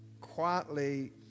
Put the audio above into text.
quietly